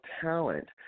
talent